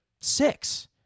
six